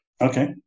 Okay